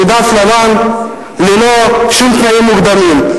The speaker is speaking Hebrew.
מדף לבן ללא שום תנאים מוקדמים.